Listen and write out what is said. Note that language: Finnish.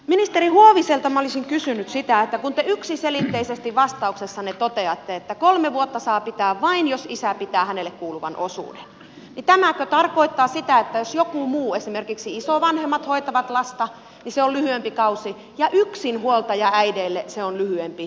ministeri huoviselta minä olisin kysynyt sitä että kun te yksiselitteisesti vastauksessanne toteatte että kolme vuotta saa pitää vain jos isä pitää hänelle kuuluvan osuuden niin tämäkö tarkoittaa sitä että jos joku muu esimerkiksi isovanhemmat hoitaa lasta niin se on lyhyempi kausi ja yksinhuoltajaäideille se on lyhyempi kausi